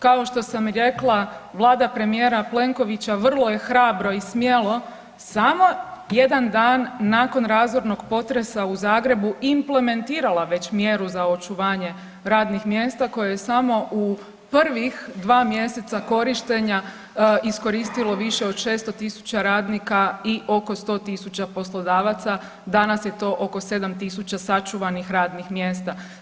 Kao što sam i rekla Vlada premijera Plenkovića vrlo je hrabro i smjelo samo jedan dan nakon razornog potresa u Zagreba implementirala već mjeru za očuvanje radnih mjesta kojih je samo u prvih 2 mjeseca korištenja iskoristilo više od 600.000 radnika i oko 100.000 poslodavaca, danas je to oko 7.000 sačuvanih radnih mjesta.